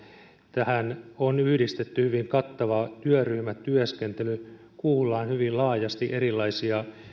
tähän on yhdistetty hyvin kattava työryhmätyöskentely kuullaan hyvin laajasti erilaisia